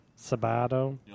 Sabato